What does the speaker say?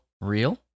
real